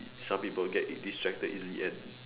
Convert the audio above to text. some people get distracted easily and